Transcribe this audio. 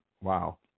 Wow